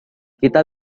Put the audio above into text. kita